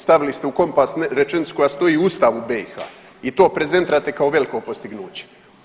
Stavili ste u kompas rečenicu koja stoji i u Ustavu BiH i to prezentirate kao veliko postignuće.